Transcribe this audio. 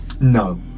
No